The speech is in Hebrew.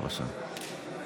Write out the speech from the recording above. (קורא בשמות חברי הכנסת)